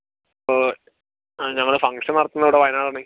ആ ഞങ്ങള് ഫംഗ്ഷൻ നടത്തുന്നത് ഇവിടെ വായനാടാണ്